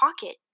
pocket